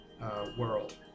world